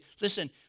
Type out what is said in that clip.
Listen